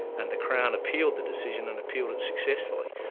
and the crown appealed the decision, and appealed it successfully.